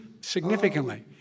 significantly